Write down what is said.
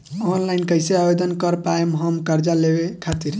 Online कइसे आवेदन कर पाएम हम कर्जा लेवे खातिर?